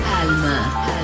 Alma